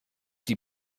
die